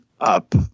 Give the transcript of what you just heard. up